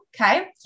Okay